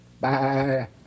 Bye